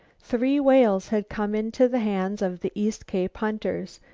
three whales had come into the hands of the east cape hunters.